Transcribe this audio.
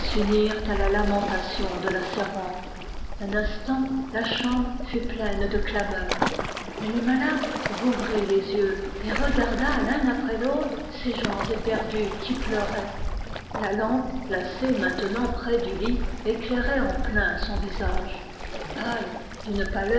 à la lamentation de la servante un instant la chambre fut pleine de clameurs mais le malade rouvrit les yeux et regarda l'un après l'autre ces gens éperdus qui pleuraient la lampe placée maintenant près du lit éclairait en plein son visage pâle d'une